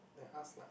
like us lah